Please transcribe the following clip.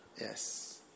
Yes